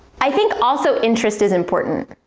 i think also interest is important,